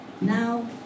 now